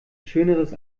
schöneres